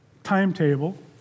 timetable